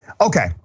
Okay